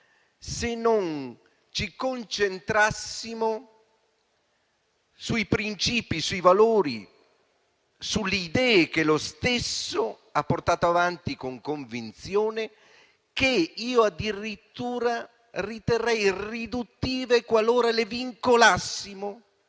senza concentrarci sui principi, sui valori e sulle idee che lo stesso ha portato avanti con convinzione, che io addirittura riterrei riduttive, qualora le vincolassimo